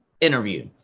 interview